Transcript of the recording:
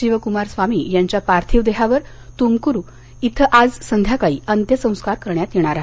शिवकुमार स्वामी यांच्या पार्थिव देहावर तुमकुरू इथं आज संध्याकाळी अंत्यसंस्कार करण्यात येणार आहेत